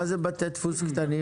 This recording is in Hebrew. מה זה בתי דפוס קטנים?